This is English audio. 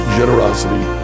generosity